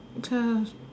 just